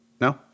No